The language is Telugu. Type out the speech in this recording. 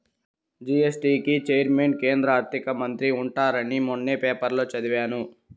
జీ.ఎస్.టీ కి చైర్మన్ కేంద్ర ఆర్థిక మంత్రి ఉంటారని మొన్న పేపర్లో చదివాను